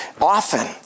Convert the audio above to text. often